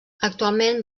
actualment